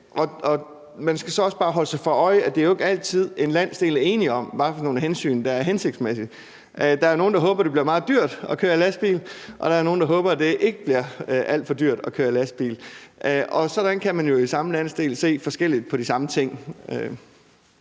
Man skal så også bare holde sig for øje, at det jo ikke er altid, en landsdel er enige om, hvad for nogle hensyn der er hensigtsmæssige. Der er nogle, der håber, det bliver meget dyrt at køre lastbil, og der er nogle, der håber, det ikke bliver alt for dyrt at køre lastbil; sådan kan man jo i samme landsdel se forskelligt på de samme ting.